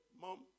Mom